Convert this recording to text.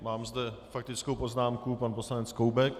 Mám zde faktickou poznámku, pan poslanec Koubek.